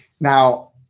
Now